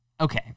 Okay